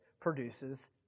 produces